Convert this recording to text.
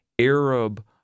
Arab